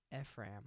Ephraim